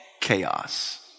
chaos